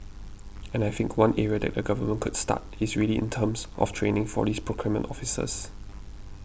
and I think one area that the Government could start is really in terms of training for these procurement officers